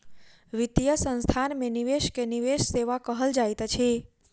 वित्तीय संस्थान में निवेश के निवेश सेवा कहल जाइत अछि